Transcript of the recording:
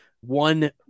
one